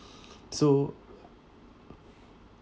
so